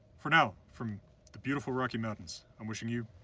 for now, from the beautiful rocky mountains, i'm wishing you